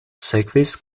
sekvis